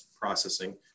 processing